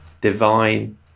divine